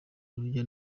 urujya